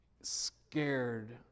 scared